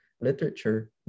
literature